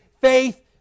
faith